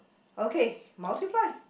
okay multiply